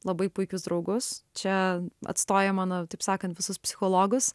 labai puikius draugus čia atstoja mano taip sakant visus psichologus